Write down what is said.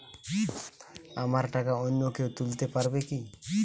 আমার টাকা অন্য কেউ তুলতে পারবে কি?